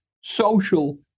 social